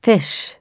Fish